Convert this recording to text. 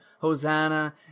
Hosanna